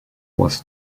was